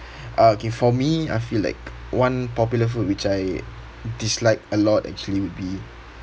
okay for me I feel like one popular food which I dislike a lot actually would be